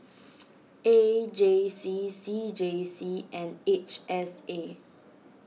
A J C C J C and H S A